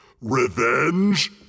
Revenge